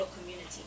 community